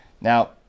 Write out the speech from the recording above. Now